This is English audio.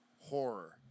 horror